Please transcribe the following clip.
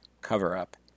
Cover-Up